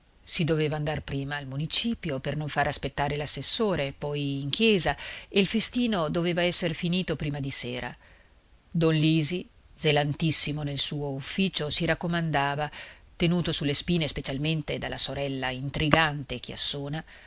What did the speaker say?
si doveva andar prima al municipio per non fare aspettar l'assessore poi in chiesa e il festino doveva esser finito prima di sera don lisi zelantissimo del suo ufficio si raccomandava tenuto su le spine specialmente dalla sorella intrigante